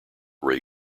ray